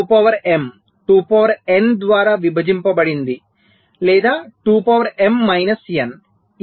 2 power M 2 power n ద్వారా విభజించబడింది లేదా 2 పవర్ m మైనస్ n